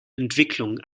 entwicklung